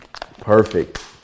Perfect